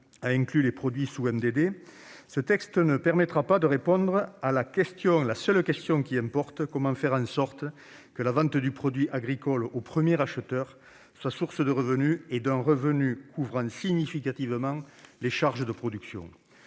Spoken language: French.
a inclus les produits sous marque de distributeur, ou MDD, ne permettra pas de répondre à la seule question qui importe : comment faire en sorte que la vente du produit agricole au premier acheteur soit source d'un revenu couvrant significativement les charges de production